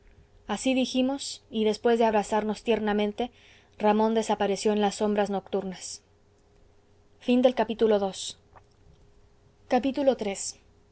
así dijimos y después de abrazarnos tiernamente ramón desapareció en las sombras nocturnas iii facciosos nos